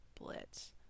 Blitz